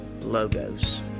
Logos